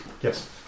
Yes